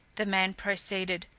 the man proceeded,